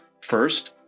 First